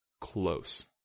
Close